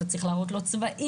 אתה צריך להראות לו צבעים,